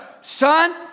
son